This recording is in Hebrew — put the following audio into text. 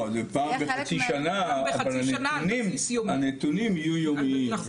לא, זה פעם בחצי שנה אבל הנתונים יהיו יומיים.